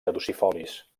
caducifolis